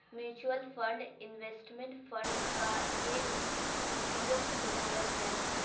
mutual fund investment fund का एक उपयुक्त उदाहरण है